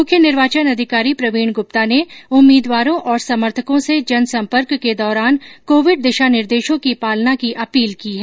मुख्य निर्वाचन अधिकारी प्रवीण गप्ता ने उम्मीदवारों और समर्थकों से जनसंपर्क के दौरान कोविड दिशा निर्देशों की पालना की अपील की है